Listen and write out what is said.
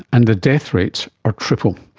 and the death rates are triple.